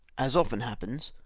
as often happens,